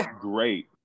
great